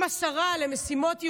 עם השרה למשימות יהודיות,